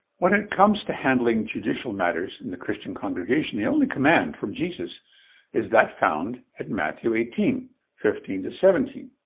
when it comes to handling judicial matters in the christian congregation, the only command from jesus is that found at matthew eighteen fifteen seventeen.